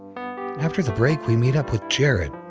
after the break, we meet up with jared,